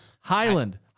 Highland